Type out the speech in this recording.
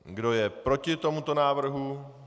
Kdo je proti tomuto návrhu?